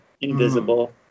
invisible